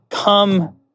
Come